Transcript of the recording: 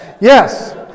Yes